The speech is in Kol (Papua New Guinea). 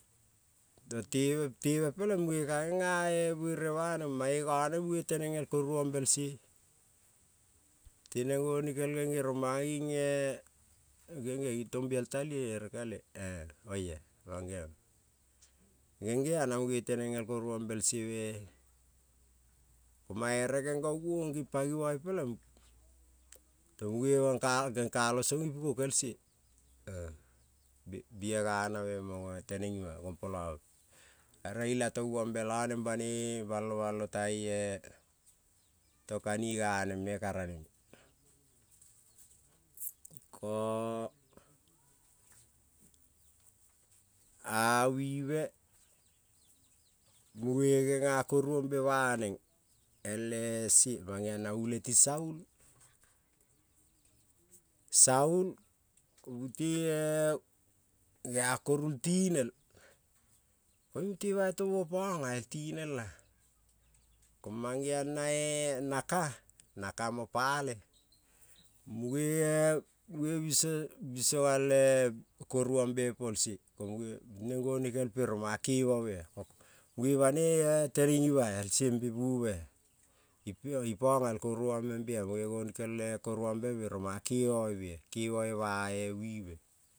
Tong teve teve peleng muge kae- gengae vere vaneng mange gane muge teneng el koruambel-se, tineng gonukel geng-ge rong manga inge geng-ge ging-a tombia el taloi ere kale oia geng-a na muge teneng el koruambel se-me mae ere geng-ga guong ging pagavave peleng, tong muge gongka gengkalo song ipiko pel se bi teneng ima-a gongpolove ere ilatovombe-la neng banoi balo balo taie tong kanige anengme ka raneme, ko-a-vive muge genga koruambe baneng el-e-se mang-geong na ule ting saul, saul mute-e gea korul tinel koiung mute ba tomo panga el tinel-a, ko mang-geong na-e naka naka mo pale muge binso, binso gal-e koruambe poi se ko muge tineng gonukelpe rong manga kerave, muge banoi teneng ima-a el sembe buove-a, ipi ipang-a el korumbe be-a muge gonikel-e koruambe rong manga kerave kerave bae vive.